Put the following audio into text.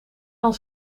dan